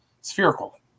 spherical